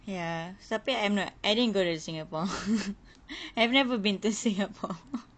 ya tapi I'm no~ I didn't go to singapore I've never been to singapore